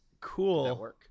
Cool